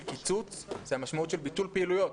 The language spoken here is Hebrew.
קיצוץ זו המשמעות של ביטול פעילויות?